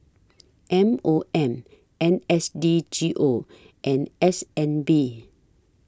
M O M N S D G O and S N B